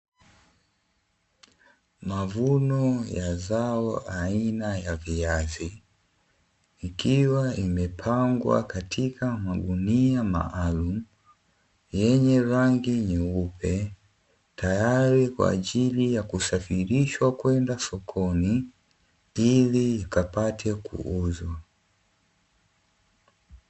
Mavuno ya mazao aina ya viazi ikiwa imepangwa katika magunia maalumu, yenye rangi nyeupe tayari kwa ajili ya kusafirishwa kwenda sokoni ili ikapate kuuzwa.